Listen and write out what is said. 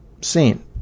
seen